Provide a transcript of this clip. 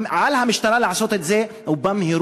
על המשטרה לעשות את זה ובמהירות.